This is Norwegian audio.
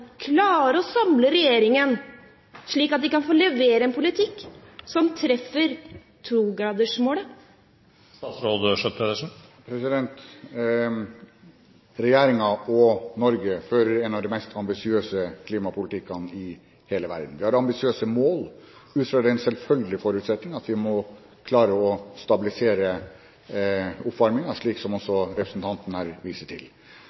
klare å samle regjeringen, slik at de kan levere en politikk som treffer 2-gradersmålet? Regjeringen og Norge fører en av de mest ambisiøse klimapolitikkene i hele verden. Vi har ambisiøse mål, ut fra den rent selvfølgelige forutsetning at vi må klare å stabilisere oppvarmingen, slik som også representanten her viser til.